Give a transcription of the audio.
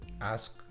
ask